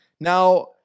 Now